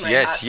Yes